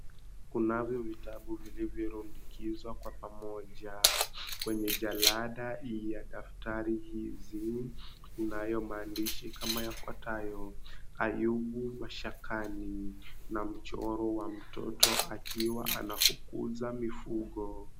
Kunavyo vitabu vilivyorundikizwa kwa pamoja. Kwenye jalada ya daftari hizi kunayo maandishi kama yafuatayo, "Ayubu Mashakani", na mchoro wa mtoto akiwa anafukuza mifugo.